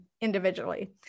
individually